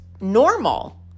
normal